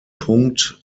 punkt